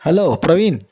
hello Praveen